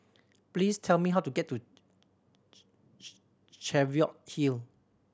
please tell me how to get to Cheviot Hill